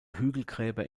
hügelgräber